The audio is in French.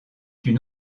une